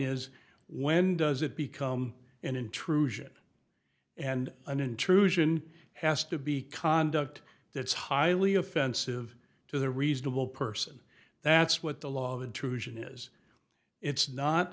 is when does it become an intrusion and an intrusion has to be conduct that's highly offensive to the reasonable person that's what the law of intrusion is it's not